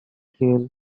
kill